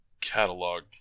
catalog